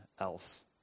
else